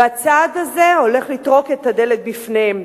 והצעד הזה הולך לטרוק את הדלת בפניהם.